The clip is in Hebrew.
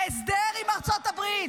ובנק לאומי הגיע להסדר עם ארצות הברית.